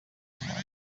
atorerwa